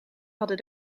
hadden